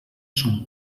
son